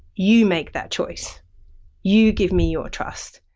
you make that choice you give me your trust.